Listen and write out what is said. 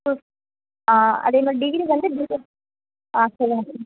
ஆ அதேமாதிரி டிகிரி வந்து பிடெக் ஆ சொல்லுங்கள்